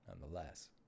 nonetheless